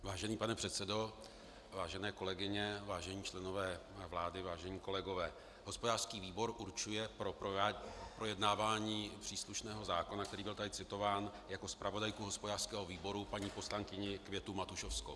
Vážený pane předsedo, vážené kolegyně, vážení členové vlády, vážení kolegové, hospodářský výbor určuje pro projednávání příslušného zákona, který tady byl citován, jako zpravodajku hospodářského výboru paní poslankyni Květu Matušovskou.